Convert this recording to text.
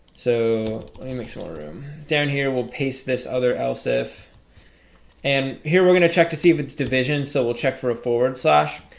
so it makes more room down here we'll paste this other elsif and here we're going to check to see if it's division so we'll check for a forward slash.